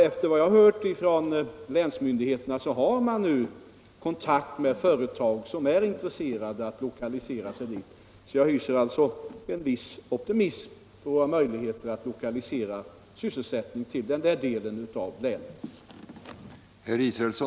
Efter vad jag har hört från länsmyndigheterna har man nu kontakt med företag som är intresserade av att lokalisera sig dit. Jag hyser alltså en viss optimism om våra möjligheter att lokalisera sysselsättning till den delen av länet.